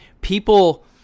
people